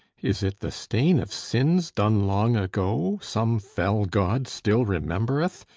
is it the stain of sins done long ago, some fell god still remembereth,